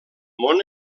món